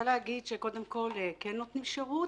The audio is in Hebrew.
קודם כול כן נותנים שירות.